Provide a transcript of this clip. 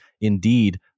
indeed